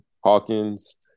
Hawkins